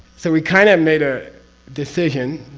so we kind of made a decision,